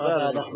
תודה רבה.